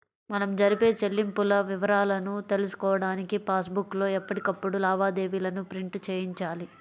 మనం జరిపే చెల్లింపుల వివరాలను తెలుసుకోడానికి పాస్ బుక్ లో ఎప్పటికప్పుడు లావాదేవీలను ప్రింట్ చేయించాలి